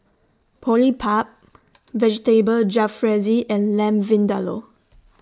Boribap Vegetable Jalfrezi and Lamb Vindaloo